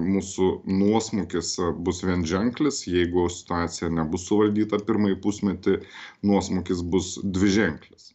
mūsų nuosmukis bus vienženklis jeigu situacija nebus suvaldyta pirmąjį pusmetį nuosmukis bus dviženklis